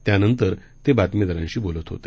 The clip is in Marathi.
त्यानंतर ते बातमीदारांशी बोलत होते